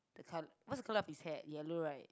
the col~ what's the color of his hair yellow right